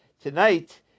Tonight